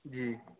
جی